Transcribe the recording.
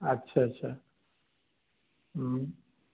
अच्छा अच्छा